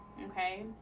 okay